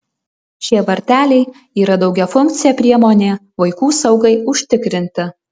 šie varteliai yra daugiafunkcė priemonė vaikų saugai užtikrinti